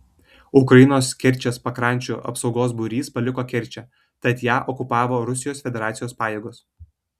ukrainos kerčės pakrančių apsaugos būrys paliko kerčę tad ją okupavo rusijos federacijos pajėgos